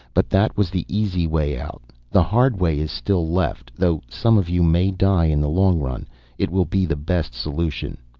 but that was the easy way out. the hard way is still left. though some of you may die, in the long run it will be the best solution.